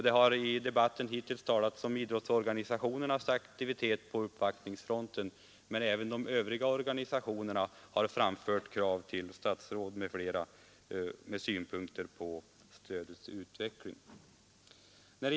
Det har i debatten hittills talats om idrottsorganisationernas aktivitet i fråga om uppvaktningar. Men även de övriga organisationerna har framfört krav till statsråd m.fl. med synpunkter på stödets utveckling.